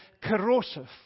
corrosive